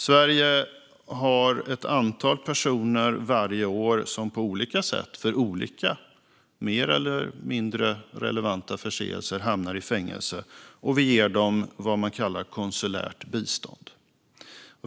Sverige har ett antal personer varje år som på olika sätt och för olika mer eller mindre relevanta förseelser hamnar i fängelse, och dem ger vi vad vi kallar för konsulärt bistånd.